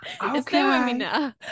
Okay